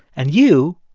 and you?